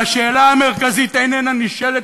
והשאלה המרכזית איננה נשאלת,